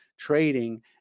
trading